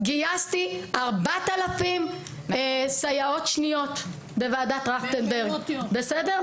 גייסתי 4,000 סייעות שניות בוועדת טרכטנברג, בסדר?